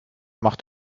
macht